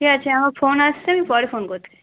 ঠিক আছে আমার ফোন আসছে আমি পরে ফোন করছি